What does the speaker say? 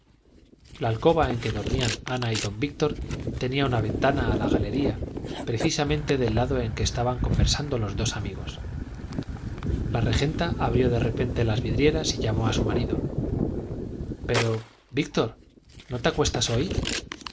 la alcoba en que dormían ana y don víctor tenía una ventana a la galería precisamente del lado en que estaban conversando los dos amigos la regenta abrió de repente las vidrieras y llamó a su marido pero víctor no te acuestas hoy